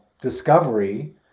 discovery